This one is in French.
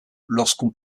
lorsqu’on